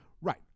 right